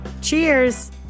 Cheers